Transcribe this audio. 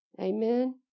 amen